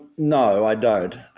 no, i don't.